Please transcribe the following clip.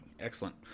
Excellent